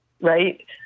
right